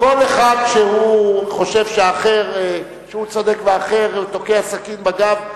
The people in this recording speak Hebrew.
כל אחד שחושב שהוא צודק והאחר תוקע סכין בגב,